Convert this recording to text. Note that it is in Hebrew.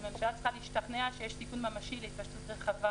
הממשלה צריכה להשתכנע שיש סיכון ממשי להתפשטות רחבה